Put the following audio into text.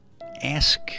ask